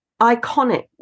iconic